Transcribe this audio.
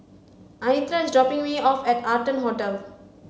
Anitra is dropping me off at Arton Hotel